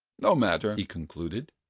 no matter, he concluded,